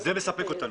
זה מספק אותנו.